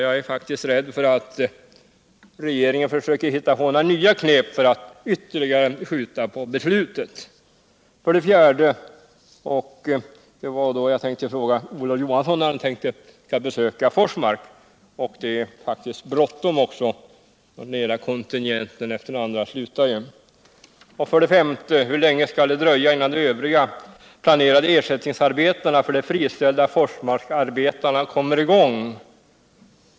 Jag är faktiskt rädd för att regeringen försöker hitta på några nya knep för att ytterligare skjuta på beslutet. 4. Det var på den här punkten som jag tänkt fråga Olof Johansson när han tänker besöka Forsmark. Det är faktiskt bråttom också, när nu den ena kontingenten arbetare etter den andra slutar. 5. Hur länge skall det dröja innan de övriga planerade ersättningsarbetena för de fristälida forsmarksarbetarna kommer i gång”?